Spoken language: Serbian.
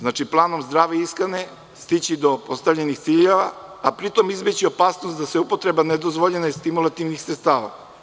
Znači, planom zdrave ishrane stići do postavljenih ciljeva, a pri tom izbeći opasnost da se upotreba nedozvoljene i stimulativnih sredstava.